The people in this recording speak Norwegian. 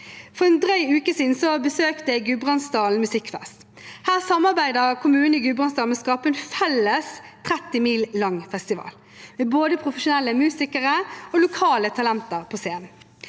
For en drøy uke siden besøkte jeg Gudbrandsdal Musikkfest. Her samarbeider kommunene i Gudbrandsdalen om å skape en felles – 30 mil lang – festival med både profesjonelle musikere og lokale talenter på scenen.